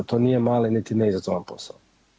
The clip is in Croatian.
To nije mali niti ne izazovan posao.